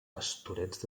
pastorets